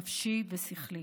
נפשי ושכלי.